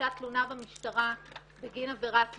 הגשת תלונה במשטרה בגין עבירת מין,